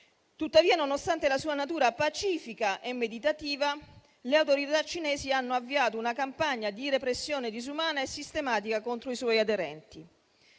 Tuttavia, nonostante la sua natura pacifica e meditativa, le autorità cinesi hanno avviato una campagna di repressione disumana e sistematica contro i suoi aderenti.